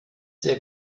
sehr